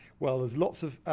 well, there's lots of,